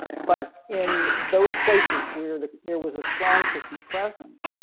but in those places where there there was a strong christian presence.